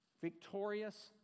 Victorious